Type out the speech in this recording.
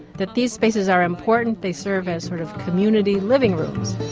that these spaces are important, they serve as sort of community living rooms.